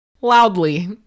loudly